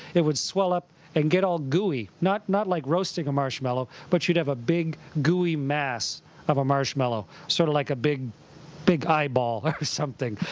it would swell up and get all gooey, not not like roasting a marshmallow, but you'd have a big gooey mass of a marshmallow, sort of like a big big eyeball or something.